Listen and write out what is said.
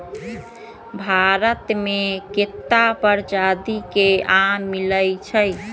भारत मे केत्ता परजाति के आम मिलई छई